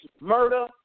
murder